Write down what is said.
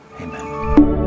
amen